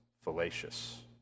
fallacious